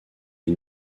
les